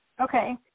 Okay